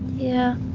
yeah.